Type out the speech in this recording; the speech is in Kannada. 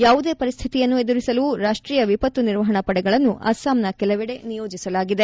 ಯಾವುದೇ ಪರಿಸ್ವಿಯನ್ನು ಎದುರಿಸಲು ರಾಷ್ಟೀಯ ವಿಪತ್ತು ನಿರ್ವಹಣ ಪಡೆಗಳನ್ನು ಅಸ್ಲಾಂನ ಕೆಲವೆಡೆ ನಿಯೋಜೆಸಲಾಗಿದೆ